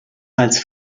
als